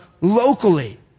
locally